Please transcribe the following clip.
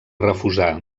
refusar